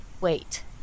Wait